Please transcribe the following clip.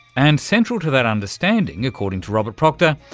and central to that understanding, according to robert proctor,